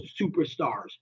superstars